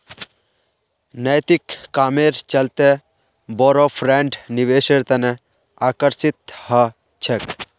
नैतिक कामेर चलते बोरो ब्रैंड निवेशेर तने आकर्षित ह छेक